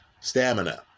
stamina